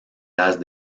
las